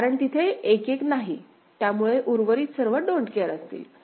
कारण तिथे 1 1 नाही म्हणून उर्वरित सर्व डोन्ट केअर असतील